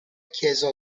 chiesa